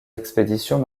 expéditions